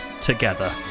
together